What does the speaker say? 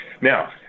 now